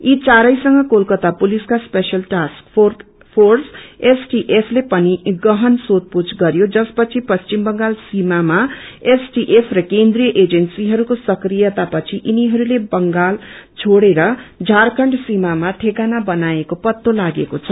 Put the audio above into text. यी चारैसंग कोलकत्ता पुलिसका स्पेसियल टास्क फ्रेस ले पनि गहन सोषपूछ गरयो जसपछि पश्चिम बंगाल सीमामा एसटिएफ र केन्द्रिय एजेन्सीहरूको सक्रियता पछि पिनीहरूले बंगाल छोडेर झारखण्ड सीमामा ठिकाना बनाएको पत्तो लागेको छ